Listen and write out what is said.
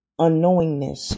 unknowingness